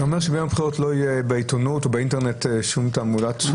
זה אומר שביום הבחירות לא תהיה בעיתונות או באינטרנט שום תעמולה.